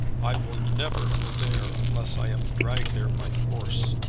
i will never go there unless i am dragged there by force,